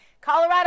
Colorado